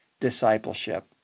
discipleship